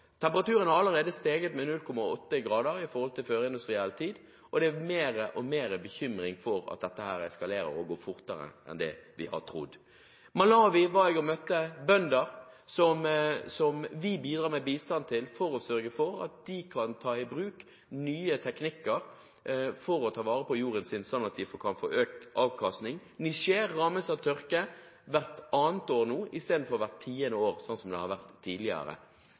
forhold til førindustriell tid, og det er mer og mer bekymring for at det skal eskalere og gå fortere enn vi har trodd. I Malawi møtte jeg bønder som vi bidrar med bistand til for å sørge for at de kan ta i bruk nye teknikker for å ta vare på jorden sin, sånn at de kan få økt avkastning. Niger rammes av tørke hvert annet år nå, istedenfor hvert tiende år som det har vært tidligere.